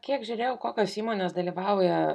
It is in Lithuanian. kiek žiūrėjau kokios įmonės dalyvauja